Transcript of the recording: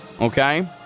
okay